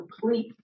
complete